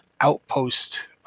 outpost